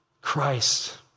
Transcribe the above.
Christ